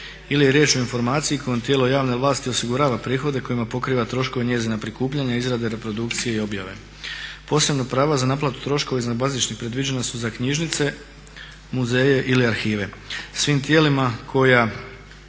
ili je riječ o informaciji kojim tijelo javne vlasti osigurava prihode kojima pokriva troškove njezina prikupljanja, izrade reprodukcije i objave. Posebna prava za naplatu troškova iz nebazičnih predviđena su za knjižnice, muzeje ili arhive. Svim tijelima koja